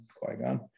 Qui-Gon